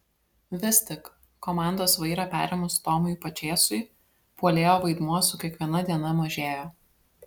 vis tik komandos vairą perėmus tomui pačėsui puolėjo vaidmuo su kiekviena diena mažėjo